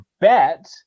bet